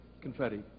Confetti